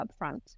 upfront